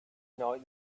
night